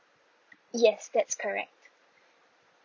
yes that's correct